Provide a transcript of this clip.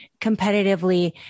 competitively